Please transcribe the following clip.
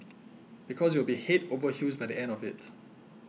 because you will be head over heels by the end of it